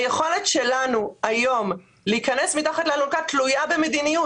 היכולת שלנו היום להיכנס מתחת לאלונקה תלויה במדיניות.